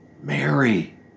Mary